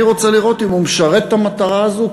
אני רוצה לראות אם הוא משרת את המטרה הזאת,